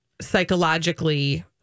psychologically